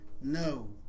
No